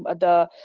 but the